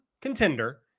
contender